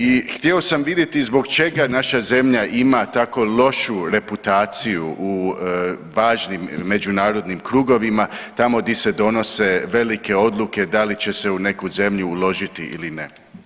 I htio sam vidjeti zbog čega naša zemlja ima tako lošu reputaciju u važnim međunarodnim krugovima, tamo gdje se donose velike odluke da li će se u neku zemlju uložiti ili ne.